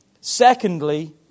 Secondly